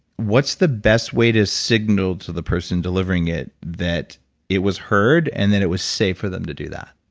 what's the best way to signal to the person delivering it that it was heard, and then, it was safe for them to do that?